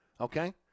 okay